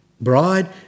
bride